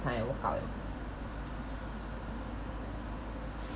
time I woke up